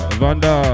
Vanda